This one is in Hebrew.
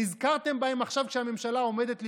נזכרתם בהם עכשיו, כשהממשלה עומדת ליפול?